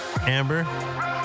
Amber